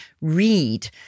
read